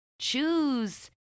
Choose